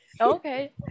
Okay